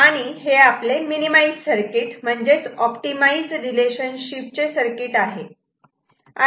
आणि हे आपले मिनिमाईज सर्किट म्हणजे ऑप्टिमाइझ रिलेशशिप चे सर्किट आहे